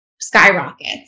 skyrockets